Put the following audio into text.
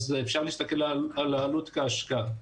אפשר להסתכל על העלות כהשקעה.